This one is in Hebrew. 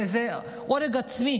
זה הרג עצמי,